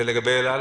ולגבי אל-על?